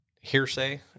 hearsay